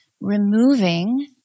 removing